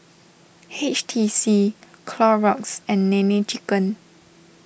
H T C Clorox and Nene Chicken